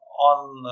on